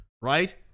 right